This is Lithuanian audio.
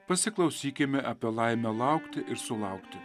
pasiklausykime apie laimę laukti ir sulaukti